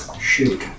Shoot